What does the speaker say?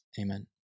Amen